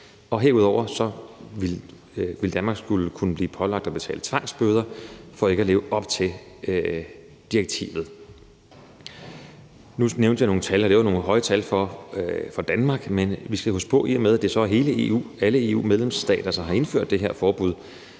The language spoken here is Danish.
Og herudover ville Danmark kunne blive pålagt at betale tvangsbøder for ikke at leve op til direktivet. Kl. 14:02 Nu nævnte jeg nogle tal, og det var nogle høje tal for Danmark. Men vi skal huske på, at i og med at det er alle EU-medlemsstater, der har indført det her forbud,